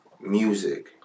music